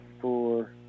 four